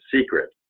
secret